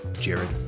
jared